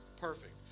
perfect